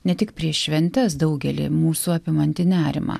ne tik prieš šventes daugelį mūsų apimantį nerimą